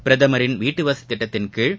பிரதமரின் வீட்டுவசதி திட்டத்தின் கீழ்